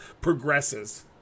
progresses